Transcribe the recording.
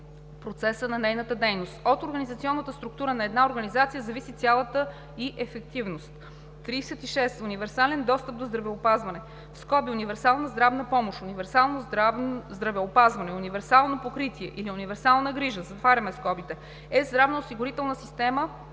процеса на нейната дейност. От организационната структура на една организация зависи цялата ѝ ефективност. 36. „Универсален достъп до здравеопазване“ (универсална здравна помощ, универсално здравеопазване, универсално покритие или универсална грижа) е здравноосигурителна система